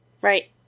right